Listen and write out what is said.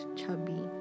chubby